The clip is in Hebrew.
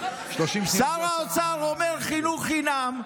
30 שניות, שר האוצר אומר: חינוך חינם.